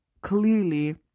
clearly